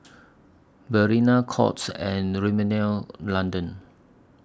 Balina Courts and Rimmel London